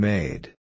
Made